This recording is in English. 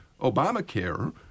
Obamacare